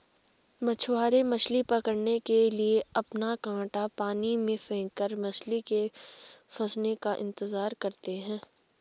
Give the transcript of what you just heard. मछुआरे मछली पकड़ने के लिए अपना कांटा पानी में फेंककर मछली के फंसने का इंतजार करते है